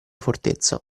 fortezza